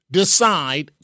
decide